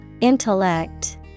Intellect